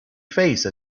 face